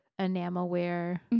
enamelware